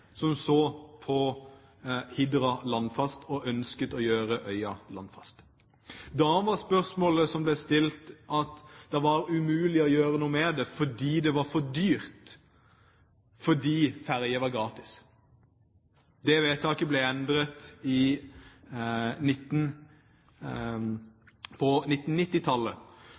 som så på Hidra Landfast og ønsket å gjøre øya landfast. Da var spørsmålet som ble stilt, om det var umulig å gjøre noe med det fordi det var for dyrt, fordi ferjen var gratis. Det vedtaket ble endret